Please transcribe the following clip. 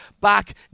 back